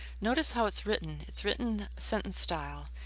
notice how it's written. it's written sentence style,